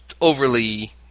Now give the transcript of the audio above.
overly